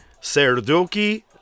Serdoki